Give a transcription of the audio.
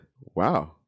Wow